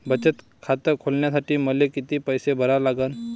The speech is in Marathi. बचत खात खोलासाठी मले किती पैसे भरा लागन?